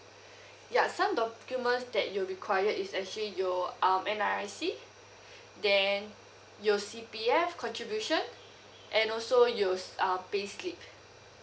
ya some documents that you'll required is actually your um N_R_I_C then your C_P_F contribution and also your um payslip